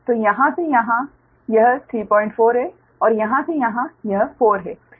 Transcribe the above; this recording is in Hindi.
तो यहां से यहां यह 34 है और यहां से यहां यह 4 है